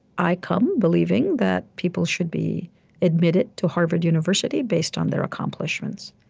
i come believing that people should be admitted to harvard university based on their accomplishments.